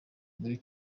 mbere